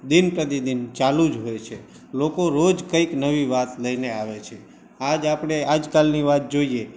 દિન પ્રતિદિન ચાલું જ હોય છે લોકો રોજ કંઈક નવી વાત લઈને આવે છે આ જ આપણે આજકાલની વાત જોઈએ